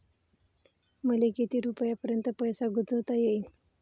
मले किती रुपयापर्यंत पैसा गुंतवता येईन?